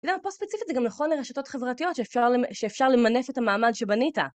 את יודעת, הפוסט ספציפית זה גם לכל מיני רשתות חברתיות שאפשר למנף את המעמד שבנית.